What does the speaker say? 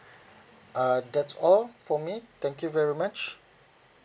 uh that's all for me thank you very much